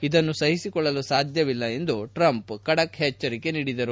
ಇದನ್ನು ಸಹಿಸಿಕೊಳ್ಳಲು ಸಾಧ್ಯವಿಲ್ಲ ಎಂದು ಟ್ರಂಪ್ ಎಚ್ಚರಿಸಿದರು